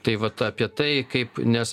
taip vat apie tai kaip nes